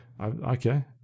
okay